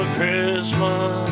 Christmas